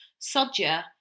sodja